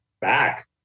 back